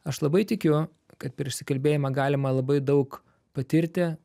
aš labai tikiu kad per išsikalbėjimą galima labai daug patirti